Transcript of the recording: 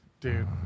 Dude